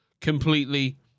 completely